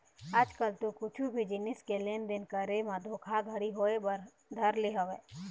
आज कल तो कुछु भी जिनिस के लेन देन करे म धोखा घड़ी होय बर धर ले हवय